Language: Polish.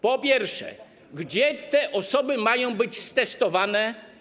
Po pierwsze: Gdzie te osoby mają być testowane?